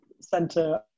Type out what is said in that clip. center